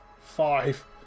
Five